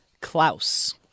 Klaus